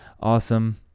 Awesome